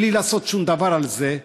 בלי לעשות שום דבר על זה,